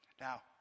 Now